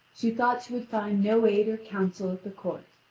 she thought she would find no aid or counsel at the court.